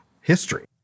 history